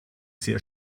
sehr